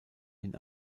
hin